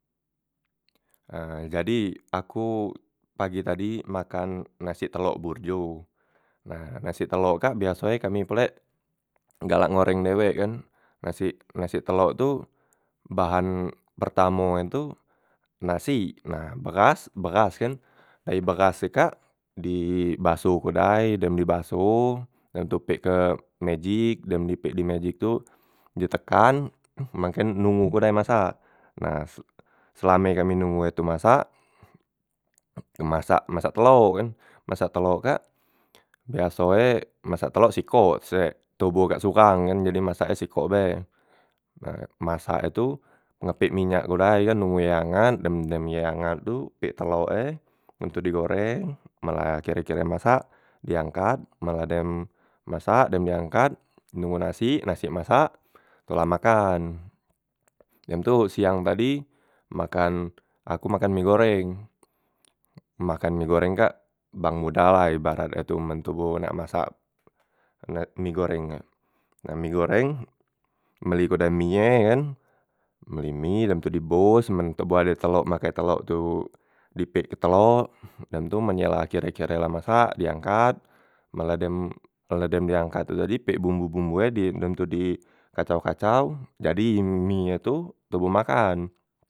Nah jadi aku pagi tadi makan nasik telok burjo. Nah nasik telok kak biaso e kami pulek galak ngoreng dewek kan, nasik nasik telok tu bahan pertamo e tu nasik, nah beras beras kan air beras e kak di basoh di dai, dem di basoh dem tu pik ke mejik dem di pik ke mejik tu ditekan, mang kan nunggu ke dai masak. Nah sel selame kami nunggu e tu masak, masak masak telo kan, masak telo kak biaso e masak telok sikok, sek toboh kak sukang kan jadi masak e sikok bae, nah masak e tu ngepik minyak ku dai kan, nunggu e angat, dem dem ye angat tu pik telo e dem tu di goreng men la kire- kire masak diangkat men la dem masak dem di angkat nonggo nasik nasik masak tu la makan. Dem tu siang tadi makan aku makan mie goreng, makan mie goreng kak bang modah lah ibarat e tu men toboh nak masak nak mie goreng na, nah mie goreng beli ku dai mie e ye kan, beli mie dem tu di bus men toboh ade telok make telok tu di pik ke telok, dem tu men ye la kire- kire la masak diangkat, men la dem men la dem diangkat tu tadi pik bumbu- bumbu e di dem tu kacau- kacau jadi mie e tu, toboh makan.